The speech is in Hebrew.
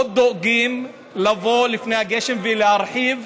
לא דואגים לבוא לפני הגשם ולהרחיב,